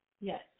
Yes